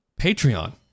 Patreon